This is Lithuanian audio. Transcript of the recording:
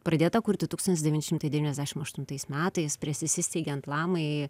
pradėta kurti tūkstantis devyni šimtai devyniasdešim aštuntais metais prieš įsisteigiant lamai